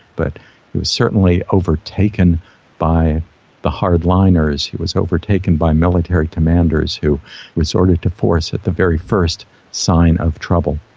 but he was certainly overtaken by the hardliners, he was overtaken by military commanders who resorted to force at the very first sign of trouble.